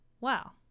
Wow